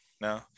No